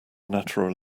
natural